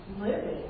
living